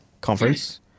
Conference